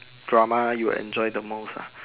drama you enjoy the most ah